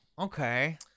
Okay